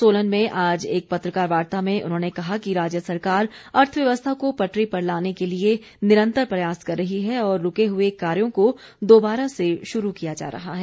सोलन में आज एक पत्रकार वार्ता में उन्होंने कहा कि राज्य सरकार अर्थव्यवस्था को पटरी पर लाने के लिए निरंतर प्रयास कर रही है और रूके हुए कार्यों को दुबारा से शुरू किया जा रहा है